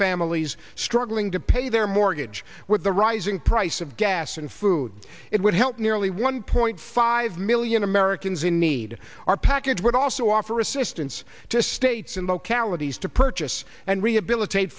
families struggling to pay their mortgage with the rising price of gas and food it would help nearly one point five million americans in need our package would also offer assistance to states and localities to purchase and rehabilitate